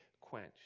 quenched